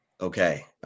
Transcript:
okay